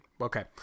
Okay